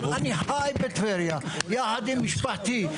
אני חי בטבריה יחד עם משפחתי.